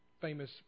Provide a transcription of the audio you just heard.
famous